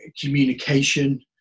communication